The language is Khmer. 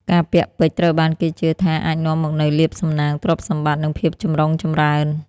ការពាក់ពេជ្រត្រូវបានគេជឿថាអាចនាំមកនូវលាភសំណាង ទ្រព្យសម្បត្តិ និងភាពចម្រុងចម្រើន។